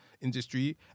industry